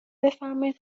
بفرمایین